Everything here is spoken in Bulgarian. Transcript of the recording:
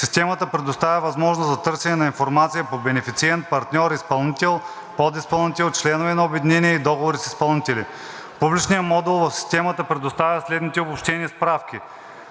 Системата предоставя възможност за търсене на информация по бенефициент, партньор, изпълнител, подизпълнител, членове на обединение и договори с изпълнители. Публичният модул в системата предоставя следните обобщени справки: